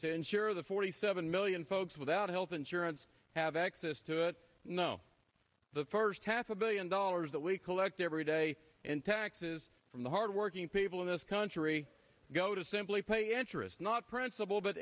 to ensure the forty seven million folks without health insurance have access to it no the first half a billion dollars that we collect every day in taxes from the hardworking people in this country go to simply pay interest not principle but